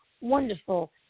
wonderful